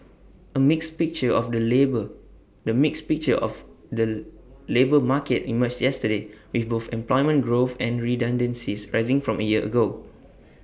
A mixed picture of the labour the mixed picture of the labour market emerged yesterday with both employment growth and redundancies rising from A year ago